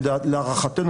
להערכתנו,